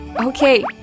Okay